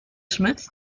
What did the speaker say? smith